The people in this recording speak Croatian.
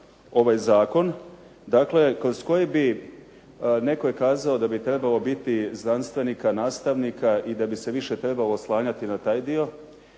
ovaj Zakon, dakle kroz koji bi netko je kazao da bi trebalo biti znanstvenika nastavnika i da bi se trebalo više oslanjati na taj dio,